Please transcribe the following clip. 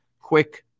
quick